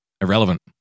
Irrelevant